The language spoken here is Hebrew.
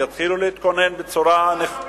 יתחילו להתכונן בצורה נכונה.